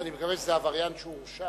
אני מקווה שזה עבריין שהורשע.